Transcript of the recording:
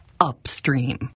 upstream